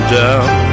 down